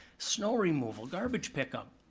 snow removal, garbage pickup.